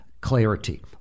clarity